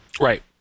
Right